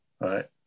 right